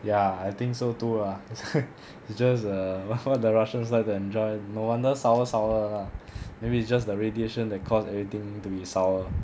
ya I think so too lah it's just err all the russians like to enjoy no wonder sour sour 的 lah maybe it's just the radiation that cause everything to be sour